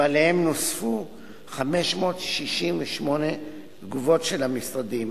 ועליהם נוספו 568 תגובות של המשרדים,